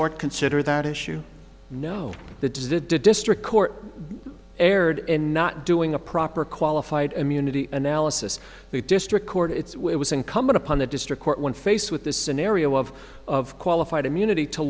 or consider that issue no the does the district court erred in not doing a proper qualified immunity analysis the district court it's why it was incumbent upon the district court when faced with the scenario of of qualified immunity to